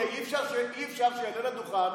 אי-אפשר שיעלה לדוכן